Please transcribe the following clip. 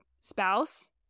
spouse